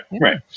right